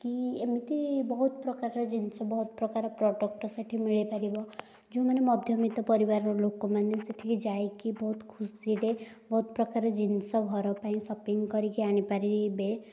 କି ଏମିତି ବହୁତ ପ୍ରକାରର ଜିନିଷ ବହୁତ ପ୍ରକାରର ପ୍ରଡ଼କ୍ଟ ସେଇଠି ମିଳିପାରିବ ଯେଉଁମାନେ ମଧ୍ୟବିତ୍ତ ପରିବାରର ଲୋକମାନେ ସେଠିକି ଯାଇକି ବହୁତ ଖୁସିରେ ବହୁତ ପ୍ରକାର ଜିନିଷ ଘର ପାଇଁ ସପିଂ କରିକି ଆଣିପାରିବେ